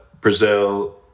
Brazil